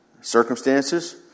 Circumstances